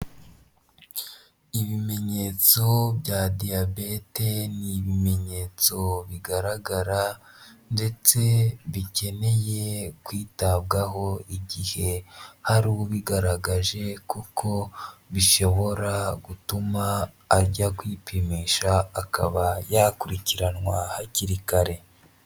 Ibimenyetso bya diyabete ni ibimenyetso bigaragara ndetse bikeneye kwitabwaho igihe hari ubigaragaje, kuko bishobora gutuma ajya kwipimisha akaba yakurikiranwa hakiri kare.